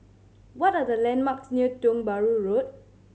what are the landmarks near Tiong Bahru Road